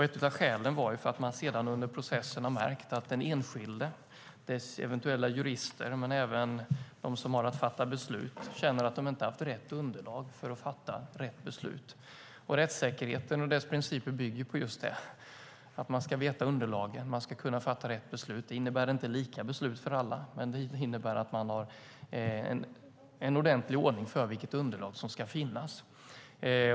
Ett av skälen var att man under processen har märkt att den enskilde, dess eventuella jurister men även de som har att fatta beslut känner att de inte har haft rätt underlag för att fatta rätt beslut. Och rättssäkerheten och dess principer bygger just på att man ska ha de rätta underlagen och kunna fatta rätt beslut. Det innebär inte lika beslut för alla, men det innebär att man har en ordentlig ordning för vilket underlag som ska finnas.